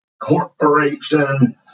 corporation